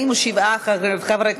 ההצעה להעביר את